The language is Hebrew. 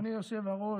אדוני היושב-ראש,